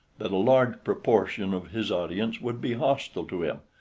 that a large proportion of his audience would be hostile to him,